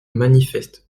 manifeste